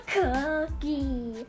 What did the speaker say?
cookie